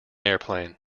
airplane